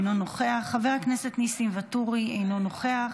אינו נוכח, חבר הכנסת ניסים ואטורי, אינו נוכח,